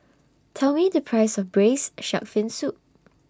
Tell Me The Price of Braised Shark Fin Soup